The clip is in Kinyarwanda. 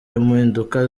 impinduka